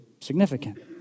significant